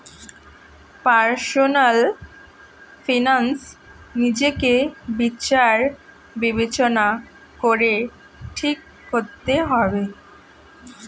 personal finance নিজেকে বিচার বিবেচনা করে ঠিক করতে হবে